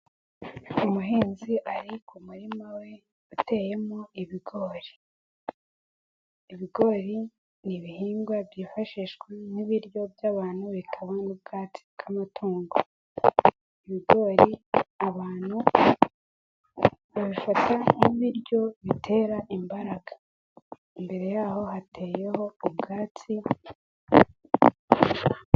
Umuhinzi ari ku muririma we uteyemo ibigori. Ibigori n'ibihingwa byifashishwa nk'ibiryo by'abantu bikaba n'ubwatsi bw'amatungo. Ibigori abantu babifata nk'ibiryo bitera imbaraga imbere yaho hateyeho ubwatsi.